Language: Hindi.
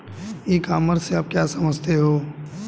ई कॉमर्स से आप क्या समझते हो?